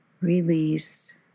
release